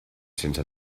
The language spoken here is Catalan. sense